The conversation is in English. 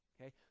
okay